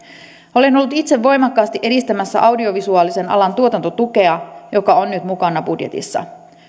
olen ollut itse voimakkaasti edistämässä audiovisuaalisen alan tuotantotukea joka on nyt mukana budjetissa